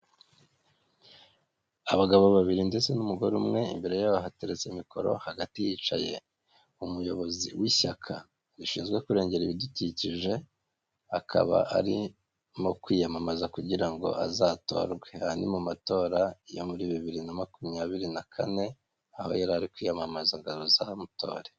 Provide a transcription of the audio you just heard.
Abagabo babiri ndetse n'umugore umwe, imbere yabo hateretse mikoro, hagati hicaye umuyobozi w'ishyaka rishinzwe kurengera ibidukikije, akaba arimo kwiyamamaza kugira ngo azatorwe, aha ni mu matora yo muri bibiri na makumyabiri na kane, aho yari ari kwiyamamaza ngo baza mutore.